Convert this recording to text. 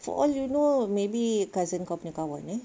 for all you know maybe cousin kau punya kawan eh